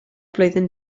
flwyddyn